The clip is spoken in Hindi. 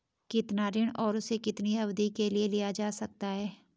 कितना ऋण और उसे कितनी अवधि के लिए लिया जा सकता है?